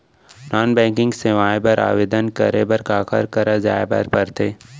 non banking सेवाएं बर आवेदन करे बर काखर करा जाए बर परथे